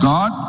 God